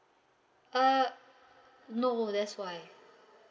uh no that's why